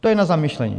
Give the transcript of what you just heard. To je na zamyšlení.